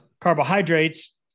Carbohydrates